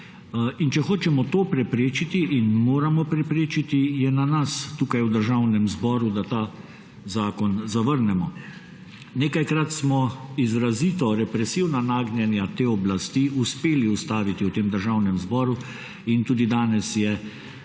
če hočemo to preprečiti, in moramo preprečiti, je na nas tukaj v Državnem zboru, da ta zakon zavrnemo. Nekajkrat smo izrazito represivna nagnjenja te oblasti uspeli ustaviti v Državnem zboru in tudi danes je naša